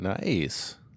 Nice